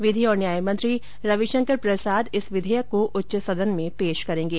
विधि और न्याय मंत्री रविशंकर प्रसाद इस विधेयक को उच्च सदन में पेश करेंगे